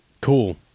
cool